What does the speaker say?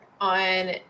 on